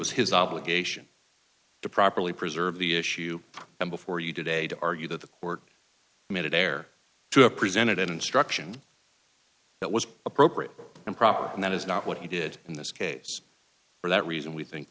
was his obligation to properly preserve the issue and before you today to argue that the court made it ehre to have presented an instruction that was appropriate and proper and that is not what he did in this case for that reason we think